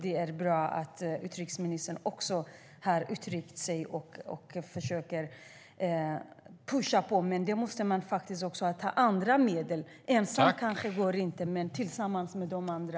Det är bra att utrikesministern också har uttryckt det och försöker pusha på. Men man måste göra det även med andra medel. Ensam går det inte men kanske tillsammans med andra.